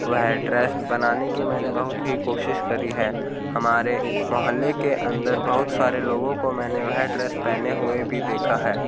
वह ड्रेस बनाने की मैंने बहुत ही कोशिश करी है हमारे मोहल्ले के अंदर बहुत सारे लोगों को मैंने वह ड्रेस पहने हुए भी देखा है